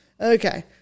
Okay